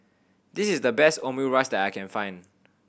this is the best Omurice that I can find